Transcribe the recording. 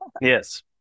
yes